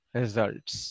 results